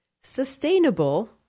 sustainable